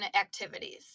activities